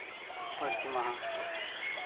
ᱯᱟᱹᱨᱥᱤ ᱢᱟᱦᱟ